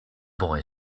boy